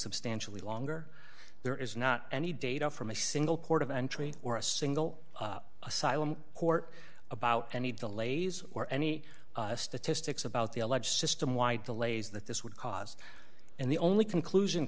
substantially longer there is not any data from a single court of entry or a single asylum court about any delays or any statistics about the alleged system wide delays that this would cause and the only conclusion